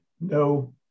no